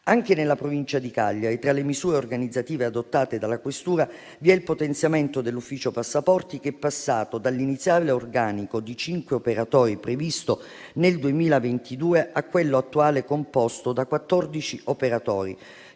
Anche nella Provincia di Cagliari, tra le misure organizzative adottate dalla questura, vi è il potenziamento dell'ufficio passaporti, che è passato dall'iniziale organico di cinque operatori, previsto nel 2022, a quello attuale composto da quattordici